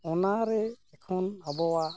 ᱚᱱᱟᱨᱮ ᱮᱠᱷᱚᱱ ᱟᱵᱚᱣᱟᱜ